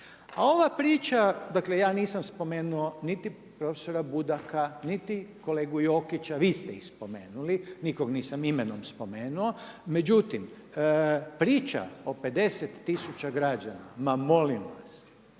A ova priča, dakle ja nisam spomenuo niti profesora Budaka, niti kolegu Jokića vi ste ih spomenuli, nikog nisam imenom spomenu, međutim priča o 50 tisuća građana ma molim vas,